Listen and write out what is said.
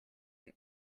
and